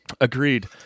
Agreed